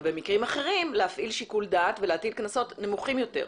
ובמקרים אחרים להפעיל שיקול דעת ולהטיל קנסות נמוכים יותר,